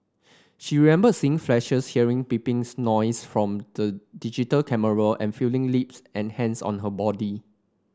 she remembered seeing flashes hearing beeping noises from the digital camera and feeling lips and hands on her body